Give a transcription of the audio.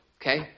okay